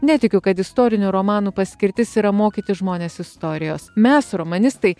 netikiu kad istorinių romanų paskirtis yra mokyti žmones istorijos mes romanistai